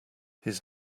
his